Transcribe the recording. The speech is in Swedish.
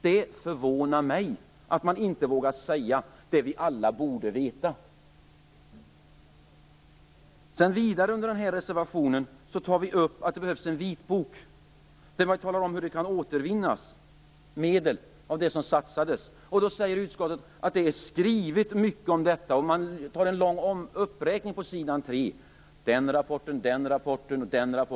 Det förvånar mig att man inte vågar säga det som vi alla borde veta. Vi pekar i reservationen vidare på att det behövs en vitbok där man talar om hur medel som satsades kan återvinnas. Utskottet säger att det har skrivits mycket om detta, och det görs på s. 4 i betänkandet en lång uppräkning av rapporter som har utarbetats.